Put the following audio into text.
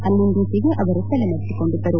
ಅಲ್ಲಿಂದಿಚೆಗೆ ಅವರು ತಲೆಮರೆಸಿಕೊಂಡಿದ್ದರು